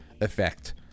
effect